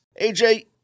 AJ